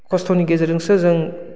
खस्थ'नि गेजेरजोंसो जों